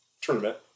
tournament